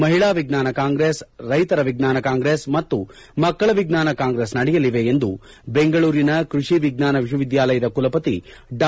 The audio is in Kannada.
ಮಹಿಳಾ ವಿಜ್ಞಾನ ಕಾಂಗ್ರೆಸ್ ರೈತರ ವಿಜ್ಞಾನ ಕಾಂಗ್ರೆಸ್ ಮತ್ತು ಮಕ್ಕಳ ವಿಜ್ಞಾನ ಕಾಂಗ್ರೆಸ್ ನಡೆಯಲಿವೆ ಎಂದು ಬೆಂಗಳೂರಿನ ಕೈಷಿ ವಿಜ್ಞಾನ ವಿಶ್ವವಿದ್ಞಾಲಯದ ಕುಲಪತಿ ಡಾ